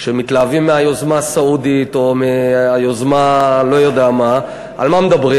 כשמתלהבים מהיוזמה הסעודית, על מה מדברים?